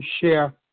share